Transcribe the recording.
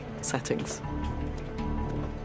settings